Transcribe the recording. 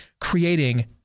creating